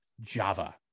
java